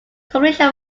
combination